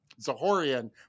Zahorian